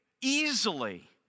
easily